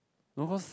no cause